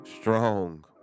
strong